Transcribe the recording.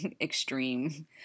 extreme